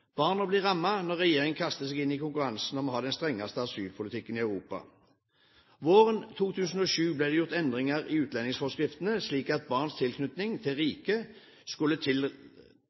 Barna blir rammet når regjeringen kaster seg inn i konkurransen om å ha den strengeste asylpolitikken i Europa. Våren 2007 ble det gjort endringer i utlendingsforskriften, slik at barns tilknytning til riket skulle